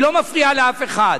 היא לא מפריעה לאף אחד.